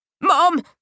Mom